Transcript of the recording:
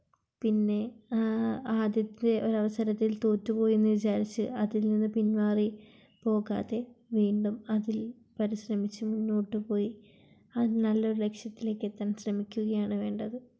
പിന്നെ ആ ആദ്യത്തെ ഒരവസരത്തിൽ തോറ്റുപോയി എന്ന് വിചാരിച്ച് അതിൽ നിന്നും പിന്മാറി പോകാതെ വീണ്ടും അതിൽ പരിശ്രമിച്ച് മുന്നോട്ടുപോയി അതിൽ നല്ലൊരു ലക്ഷ്യത്തിലേക്ക് എത്താൻ ശ്രമിക്കുകയാണ് വേണ്ടത്